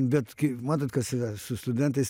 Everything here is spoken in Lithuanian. bet kai matot kas yra su studentais